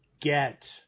get